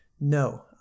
No